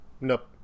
nope